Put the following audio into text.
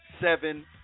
seven